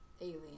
alien